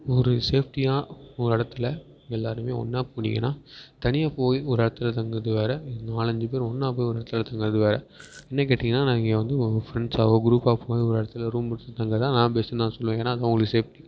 ஒரு சேஃப்ட்டியாக ஒரு இடத்துல எல்லோருமே ஒன்றா போனிங்கன்னால் தனியாக போய் ஒரு இடத்துல தங்குவது வேறு நாலு அஞ்சு பேர் ஒன்றா போய் ஒரு இடத்துல தங்குவது வேறு என்னை கேட்டிங்கன்னால் நாங்கள் இங்கே வந்து ஒரு ஃப்ரெண்ட்ஸாவோ குரூப்பாக போய் ஒரு இடத்துல ரூம் எடுத்து தங்குவதுதான் நான் பெஸ்ட்டுன்னு நான் சொல்லுவேன் ஏன்னால் அதுதான் உங்களுக்கு சேஃப்ட்டி